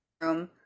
room